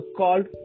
called